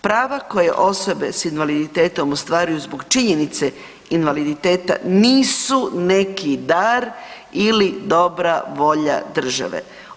Prava koje osobe s invaliditetom ostvaruju zbog činjenice invaliditeta nisu neki dar ili dobra volja države.